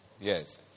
Yes